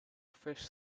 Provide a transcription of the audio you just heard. fish